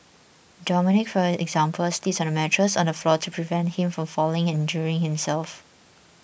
Dominic for example sleeps on a mattress on the floor to prevent him from falling and injuring himself